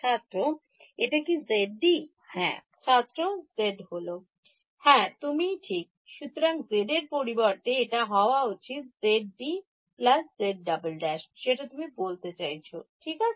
ছাত্র এটা কি z d হ্যাঁ ছাত্রZ হল হ্যাঁ তুমি ঠিক সুতরাং z এর পরিবর্তে এটা হওয়া উচিত zB z′′ যেটা তুমি বলতে চাইছো ঠিক আছে